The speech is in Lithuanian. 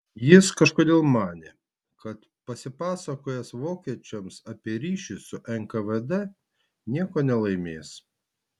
jis kažkodėl manė kad pasipasakojęs vokiečiams apie ryšį su nkvd nieko nelaimės